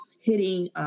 hitting